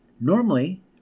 normally